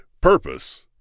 Purpose